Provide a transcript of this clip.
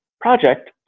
project